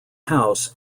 house